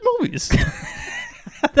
movies